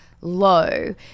Low